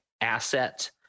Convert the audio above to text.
asset